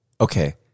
Okay